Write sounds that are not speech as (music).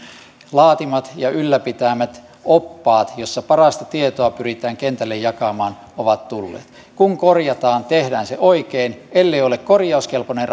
laatimat ja ylläpitämät oppaat joissa parasta tietoa pyritään kentälle jakamaan ovat tulleet kun korjataan tehdään se oikein ellei ole korjauskelpoinen (unintelligible)